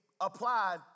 applied